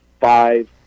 five